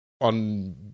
on